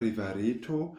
rivereto